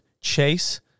chase